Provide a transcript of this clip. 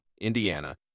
Indiana